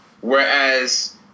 whereas